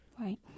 Right